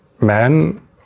men